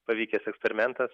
pavykęs eksperimentas